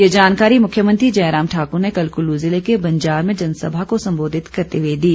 ये जानकारी मुख्यमंत्री जयराम ठाकुर ने कल कुल्लु जिले के बंजार में जनसभा को संबोधित करते हुए दी